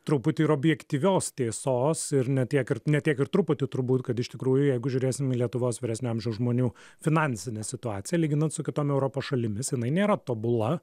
truputį ir objektyvios tiesos ir ne tiek ir ne tiek ir truputį turbūt kad iš tikrųjų jeigu žiūrėsim į lietuvos vyresnio amžiaus žmonių finansinę situaciją lyginant su kitom europos šalimis jinai nėra tobula